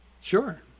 Sure